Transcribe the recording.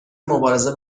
مبارزه